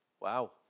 Wow